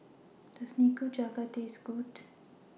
Does Nikujaga Taste Good